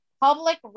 public